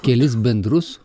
kelis bendrus